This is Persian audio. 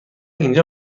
اینجا